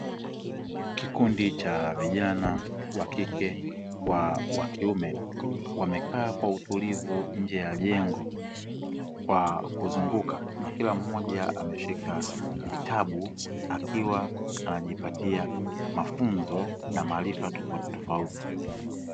Kikundi cha vijana wa kike kwa wa kiume wamekaa kwa utulivu ndani ya jengo kwa kuzunguka, na kila mmoja ameshika kitabu akiwa anajipatia mafunzo na maarifa tofautitofauti.